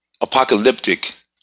apocalyptic